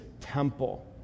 temple